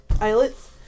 eyelets